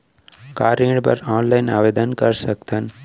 का ऋण बर ऑनलाइन आवेदन कर सकथन?